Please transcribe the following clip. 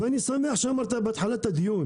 אני שמח שאמרת בהתחלת הדיון,